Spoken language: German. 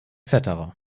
cetera